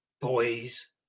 boys